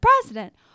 president